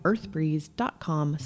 Earthbreeze.com